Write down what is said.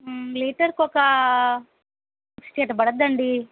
లీటర్కి ఒక సిక్స్టీ అట్లా పడుతుందండి